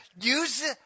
use